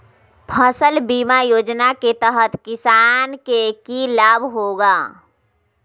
फसल बीमा योजना के तहत किसान के की लाभ होगा?